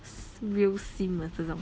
real 心 ah 这种